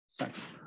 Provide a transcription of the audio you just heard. Thanks